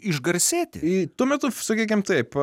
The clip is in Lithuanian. išgarsėti tuo metu sakykim taip